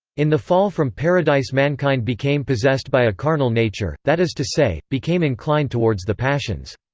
in the fall from paradise mankind became possessed by a carnal nature that is to say, became inclined towards the passions.